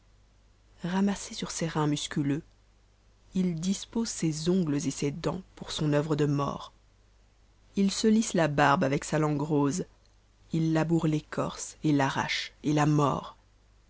ramasse sur ses reins ntmscntemx il dispose ses en tes et ses dents pour son oeatre de mort ït se lisse la barbe avec sa langue rose li ïabo re l'écorce et l'arrache et la mord